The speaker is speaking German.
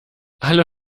alle